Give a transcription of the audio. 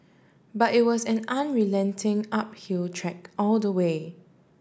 but it was an unrelenting uphill trek all the way